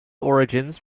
origins